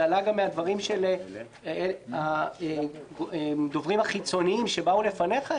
זה עלה גם מהדברים של הדוברים החיצוניים שבאו לפניך,